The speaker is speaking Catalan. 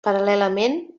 paral·lelament